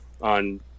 on